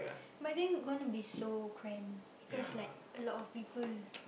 but then gonna be so cramp because like a lot of people